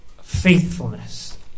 faithfulness